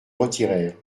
retirèrent